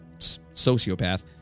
sociopath